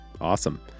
awesome